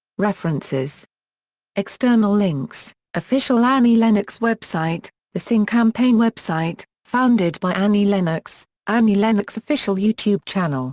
references external links official annie lennox website the sing campaign website, founded by annie lennox annie lennox official youtube channel